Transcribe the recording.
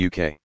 UK